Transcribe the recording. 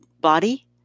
body